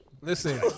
Listen